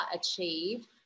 achieve